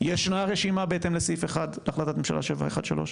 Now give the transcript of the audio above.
ישנה רשימה, בהתאם לסעיף אחד, החלטת ממשלה 713?